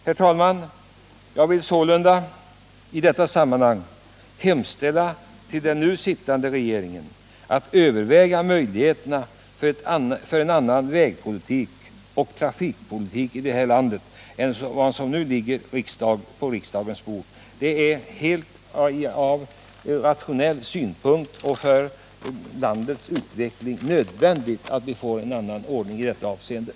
Herr talman! Jag vill sålunda i detta sammanhang hemställa till den nu sittande regeringen att överväga möjligheterna till en annan vägpolitik och trafikpolitik i det här landet än vad som föreslås i den proposition som nu ligger på riksdagens bord. Det är ur rationell synpunkt och för landets utveckling nödvändigt att vi får en annan ordning i det avseendet.